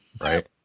right